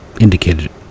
indicated